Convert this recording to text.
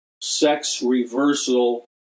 sex-reversal